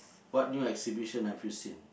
what new exhibition have you seen